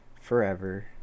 Forever